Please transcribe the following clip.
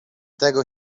tego